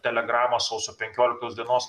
telegramą sausio penkioliktos dienos